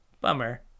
Bummer